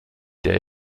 der